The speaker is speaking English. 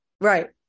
Right